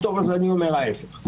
אז אני אומר ההפך.